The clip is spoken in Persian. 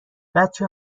بچه